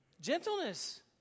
Gentleness